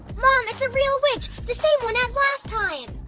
mom, it's a real witch! the same one as last time!